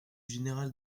général